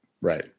Right